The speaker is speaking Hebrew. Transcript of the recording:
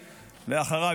ואחריו,